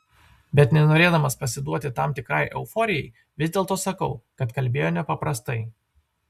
bet nenorėdamas pasiduoti tam tikrai euforijai vis dėlto sakau kad kalbėjo nepaprastai